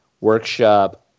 workshop